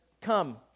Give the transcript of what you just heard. come